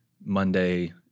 Monday